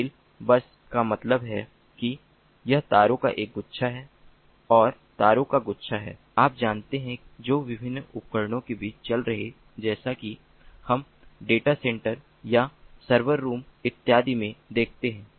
fill bus का मतलब है कि यह तारों का एक गुच्छा और तारों का गुच्छा है आप जानते हैं जो विभिन्न उपकरणों के बीच चल रहे जैसा कि हम डेटा सेंटर या सर्वर रूम इत्यादि में देखते हैं